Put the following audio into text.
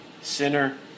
sinner